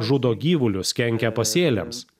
žudo gyvulius kenkia pasėliams